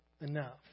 enough